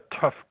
tough